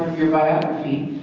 your biography,